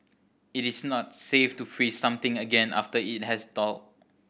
it is not safe to freeze something again after it has thawed